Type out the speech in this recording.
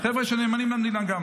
חבר'ה שנאמנים למדינה גם.